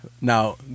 Now